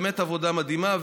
באמת עבודה מדהימה.